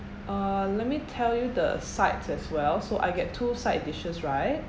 uh let me tell you the sides as well so I get two side dishes right